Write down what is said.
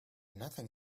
nothing